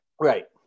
Right